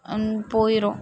போயிடும்